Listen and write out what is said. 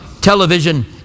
television